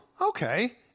okay